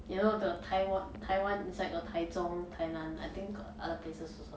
you know the taiwa~ taiwan inside got 台中台南 I think got other places also